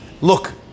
Look